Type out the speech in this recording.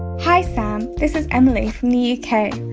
hi, sam. this is emily from the u k.